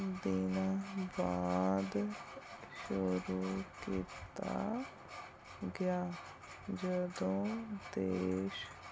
ਦਿਨਾਂ ਬਾਅਦ ਸ਼ੁਰੂ ਕੀਤਾ ਗਿਆ ਜਦੋਂ ਦੇਸ਼